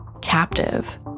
Captive